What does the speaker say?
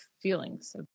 feelings